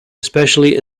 especially